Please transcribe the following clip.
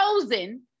chosen